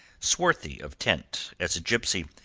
swarthy of tint as a gipsy,